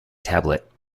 tablet